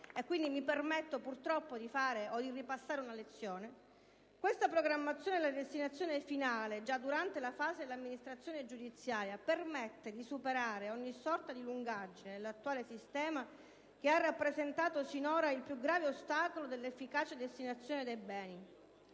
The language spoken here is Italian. per questo motivo che, purtroppo, io mi permetto di ripassare una lezione. Questa programmazione della destinazione finale, già durante la fase dell'amministrazione giudiziaria, permette di superare ogni sorta di lungaggine dell'attuale sistema, che ha rappresentato, sinora, il più grave ostacolo all'efficace destinazione dei beni.